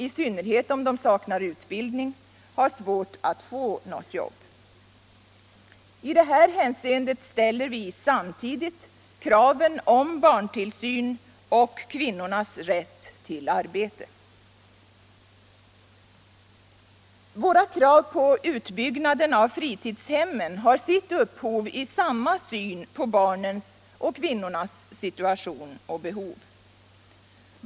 i synnerhet om de saknar utbildning, har svårt att få något jobb. I det hänseendet ställer vi samtidigt kravet på barntillsyn och på kvinnornas rätt till arbete. Våra krav på utbyggnad av fritidshemmen har sitt upphov i samma syn på barnens och kvinnornas situation och behov.